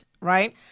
right